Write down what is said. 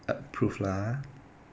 finish up this one hour